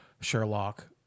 Sherlock